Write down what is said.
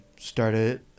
started